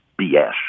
BS